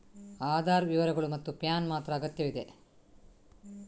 ಆಧಾರ್ ವಿವರಗಳು ಮತ್ತು ಪ್ಯಾನ್ ಮಾತ್ರ ಅಗತ್ಯವಿದೆ